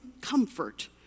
comfort